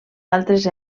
altres